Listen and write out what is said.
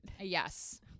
Yes